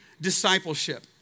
discipleship